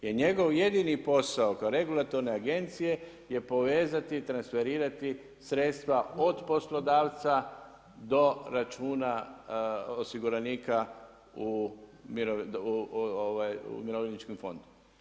Jer njegov jedini posao kao regulatorne agencije je povezati i transferirati sredstva od poslodavca do računa osiguranika u mirovljeničkom fondu.